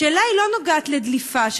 השאלה לא נוגעת לדליפה,